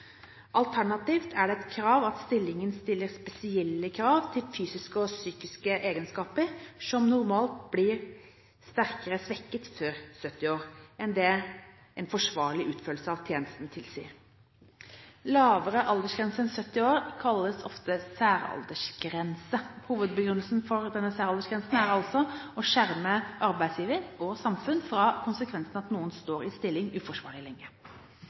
Alternativt er det et krav at stillingen stiller spesielle krav til fysiske og psykiske egenskaper som normalt blir sterkere svekket før fylte 70 år, enn det en forsvarlig utførelse av tjenesten tilsier. Lavere aldersgrense enn 70 år kalles ofte særaldersgrense. Hovedbegrunnelsen for denne særaldersgrensen er altså å skjerme arbeidsgiver og samfunn fra konsekvensen av at noen står i sin stilling uforsvarlig lenge.